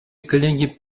коллеги